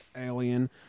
alien